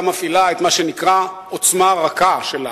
מפעילה את מה שנקרא "העוצמה הרכה" שלה.